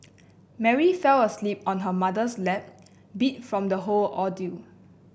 Mary fell asleep on her mother's lap beat from the whole ordeal